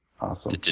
Awesome